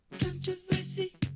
Controversy